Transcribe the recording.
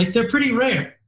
they're pretty rare.